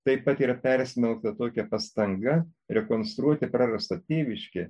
taip pat yra persmelkta tokia pastanga rekonstruoti prarastą tėviškę